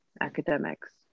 academics